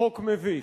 חוק מביש.